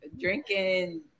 drinking